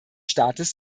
staates